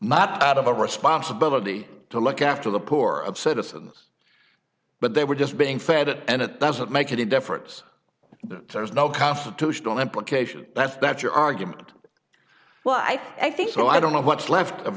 not out of a responsibility to look after the poor of citizens but they were just being fed it and it doesn't make any difference but there's no constitutional implications that's that's your argument well i think i think so i don't know what's left of